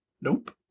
Nope